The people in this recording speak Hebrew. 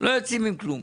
לא יוצאים עם כלום.